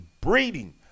breeding